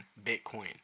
Bitcoin